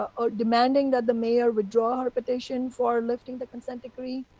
ah ah demanding that the mayor withdraw her recommendation for lifting the consent decree,